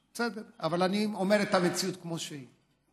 בסדר, אבל אני אומר את המציאות כמו שהיא.